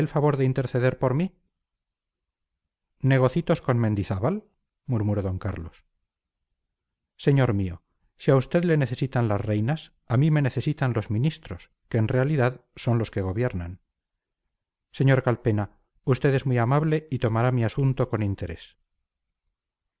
favor de interceder por mí negocitos con mendizábal murmuró d carlos señor mío si a usted le necesitan las reinas a mí me necesitan los ministros que en realidad son los que gobiernan sr calpena usted es muy amable y tomará mi asunto con interés